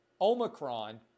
Omicron